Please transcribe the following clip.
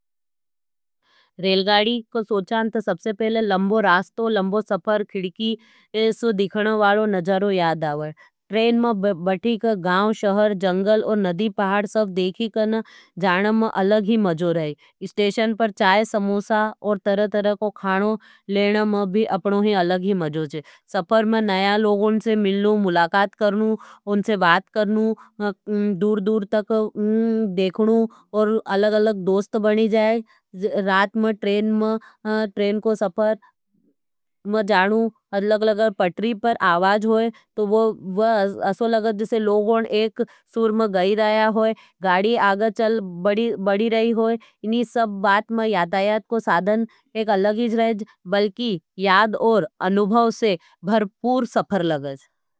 रेलगाडी को सोचान तो सबसे पहले लंबो रास्तो, लंबो सफर, खिड़की, ए सो दिखनवालो नज़ारों याद आवाई। ट्रेन में बठी के गाउ, शहर, जंगल और नदी, पहाड सफ देखी कण जानम में अलग ही मजो रहे। सफर में नया लोगों से मिलने, मुलाकात करने, उनसे बात करने, दूर दूर तक देखने और अलग-अलग दोस्त बनी जाए। रात में ट्रेन को सफर में जानू, अलग-अलग पटरी पर आवाज होई, तो वो असो लगत जैसे लोगों एक सूर में गाई रहा होई, गाडी आगचल बड़ी रही होई। इनी सब बात में यातायात को साधन एक अलग ही जा रहे, बल्कि याद और अनुभव से भरपूर सफर लगज़।